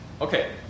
Okay